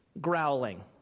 growling